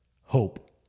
hope